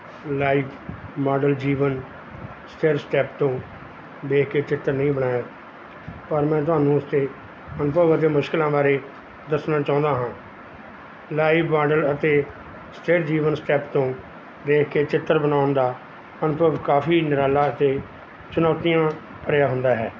live model ਜੀਵਨ ਸਥਿਰ step ਦੇਖ ਕੇ ਚਿੱਤਰ ਨਹੀਂ ਬਣਾਇਆ ਪਰ ਮੈਂ ਤੁਹਾਨੂੰ ਉਸ 'ਤੇ ਅਨੁਭਵ ਅਤੇ ਮੁਸ਼ਕਿਲਾਂ ਬਾਰੇ ਦੱਸਣਾ ਚਾਹੁੰਦਾ ਹਾਂ ਲਾਈਵ ਮਾਡਲ ਅਤੇ ਸਥਿਰ ਜੀਵਨ ਸਟੈਪ ਤੋਂ ਦੇਖ ਕੇ ਚਿੱਤਰ ਬਣਾਉਣ ਦਾ ਅਨੁਭਵ ਕਾਫੀ ਨਿਰਾਲਾ ਅਤੇ ਚੁਣੌਤੀਆਂ ਭਰਿਆ ਹੁੰਦਾ ਹੈ